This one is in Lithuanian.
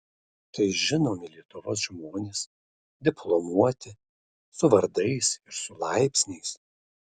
tai žinomi lietuvos žmonės diplomuoti su vardais ir su laipsniais